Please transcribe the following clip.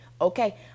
Okay